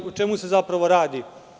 O čemu se zapravo radi?